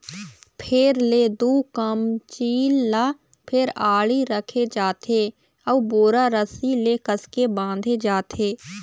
फेर ले दू कमचील ल फेर आड़ी रखे जाथे अउ बोरा रस्सी ले कसके बांधे जाथे